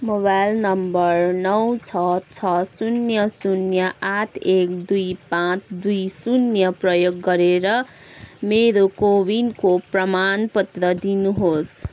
mobile नम्बर नौ छ छ शून्य शून्य आठ एक दुई पाँच दुई शून्य प्रयोग गरेर मेरो कोविन खोप प्रमाणपत्र दिनुहोस्